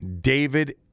David